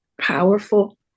powerful